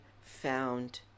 found